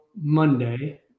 Monday